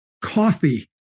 coffee